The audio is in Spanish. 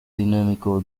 dinámico